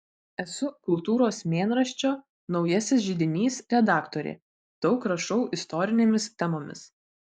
esu kultūros mėnraščio naujasis židinys redaktorė daug rašau istorinėmis temomis